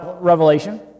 revelation